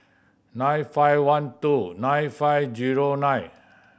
nine five one two nine five zero nine